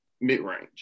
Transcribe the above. mid-range